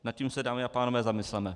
Nad tím se, dámy a pánové, zamysleme.